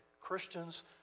Christians